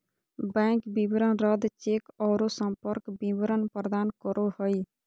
bank विवरण रद्द cheque औरो संपर्क विवरण प्रदान करो हइ